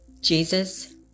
Jesus